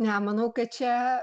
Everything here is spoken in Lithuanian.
ne manau kad čia